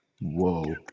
Whoa